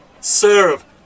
Serve